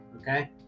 Okay